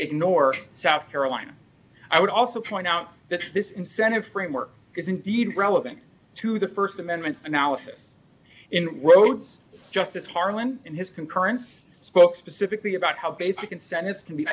ignore south carolina i would also point out that this incentive framework is indeed relevant to the st amendment analysis in roads justice harlan in his concurrence spoke specifically about how basic incentives can